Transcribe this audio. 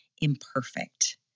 imperfect